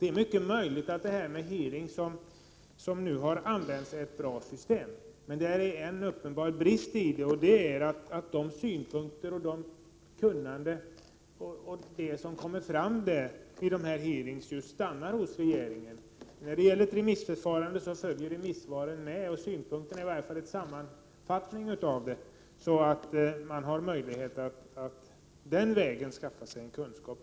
Det är mycket möjligt att det system med hearings som nu har använts är ett bra system. Det har dock en uppenbar brist, och det är att de synpunkter och det kunnande som kommer fram vid dessa hearings stannar hos regeringen. Vid ett remissförfarande följer däremot remissvaren och synpunkterna, eller i varje fall en sammanfattning av dem, med så att man har möjlighet att den vägen skaffa sig kunskap.